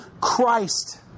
Christ